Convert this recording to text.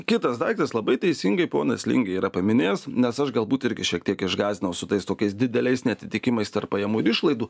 kitas daiktas labai teisingai ponas lingė yra paminėjęs nes aš galbūt irgi šiek tiek išgąsdinau su tais tokiais dideliais neatitikimais tarp pajamų ir išlaidų